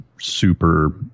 super